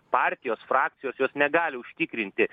partijos frakcijos jos negali užtikrinti